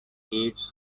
kids